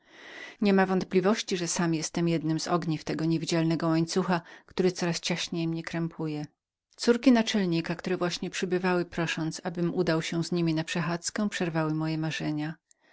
zwątpienia niema wątpienia że ja sam jestem jednem ogniwem tego niewidzialnego łańcucha który coraz ciaśniej mnie krępuje córki naczelnika które właśnie przybywały prosząc abym udał się z niemi na przechadzkę przerwały moje marzenia